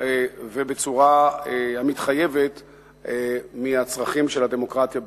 ובצורה המתחייבת מהצרכים של הדמוקרטיה בישראל.